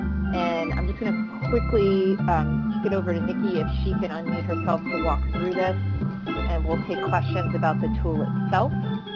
and i'm just going to quickly kick it over to nikki if she could unmute herself to walk through this and we'll take questions about the tool itself